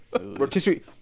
Rotisserie